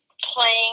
playing